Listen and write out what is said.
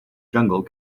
jungle